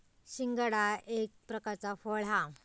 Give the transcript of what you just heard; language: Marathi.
शिंगाडा एक प्रकारचा फळ हा